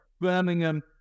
Birmingham